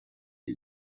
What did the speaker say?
für